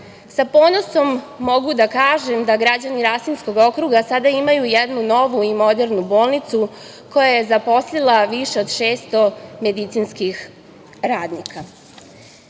ponosom mogu da kažem da građani Rasinskog okruga sada imaju jednu novu i modernu bolnicu koja je zaposlila više od 600 medicinskih radnika. Srbija